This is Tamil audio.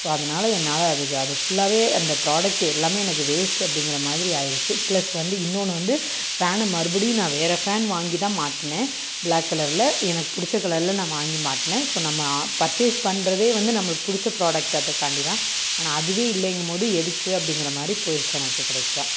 ஸோ அதனால என்னால் அது அது ஃபுல்லாகவே அந்த ப்ராடக்ட் எல்லாமே எனக்கு வேஸ்ட் அப்படிங்கற மாதிரி ஆயிருச்சு பிளஸ் வந்து இன்னொன்று வந்து ஃபேனை மறுபடியும் நான் வேறு ஃபேன் வாங்கி தான் மாட்டுனேன் பிளாக் கலரில் எனக்கு பிடிச்ச கலரில் நான் வாங்கி மாட்டுனே ஸோ நம்ம பர்ச்சேஸ் பண்ணுறதே வந்து நம்மளுக்கு பிடிச்ச ப்ராடக்ட் அதுக்காண்டி தான் ஆனால் அதுவே இல்லங்கும்போது எதுக்கு அப்படிங்கற மாதிரி போயிருச்சு எனக்கு கடைசியாக